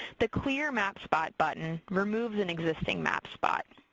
the clear map spot button removes an existing map spot.